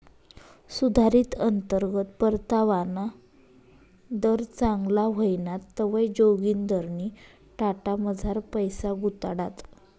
सुधारित अंतर्गत परतावाना दर चांगला व्हयना तवंय जोगिंदरनी टाटामझार पैसा गुताडात